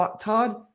Todd